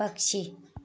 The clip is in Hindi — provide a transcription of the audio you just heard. पक्षी